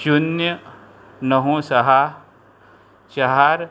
शुन्य नहो सहा चार